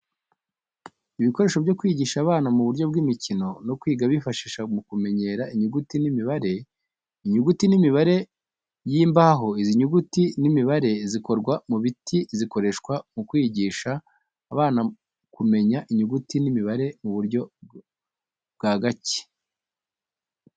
Ibikoresho byo kwigisha abana mu buryo bw’imikino no kwiga bifasha mu kumenyera inyuguti n’imibare. Inyuguti n’imibare y’imbaho izi ni inyuguti n’imibare zikorwa mu biti zikoreshwa mu kwigisha abana kumenya inyuguti n’imibare mu buryo bwa gake.